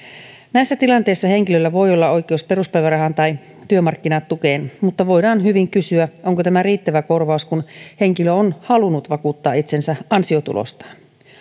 näissä tilanteissa henkilöllä voi olla oikeus peruspäivärahaan tai työmarkkinatukeen mutta voidaan hyvin kysyä onko tämä riittävä korvaus kun henkilö on halunnut vakuuttaa itsensä ansiotulostaan